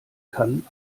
kann